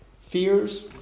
fears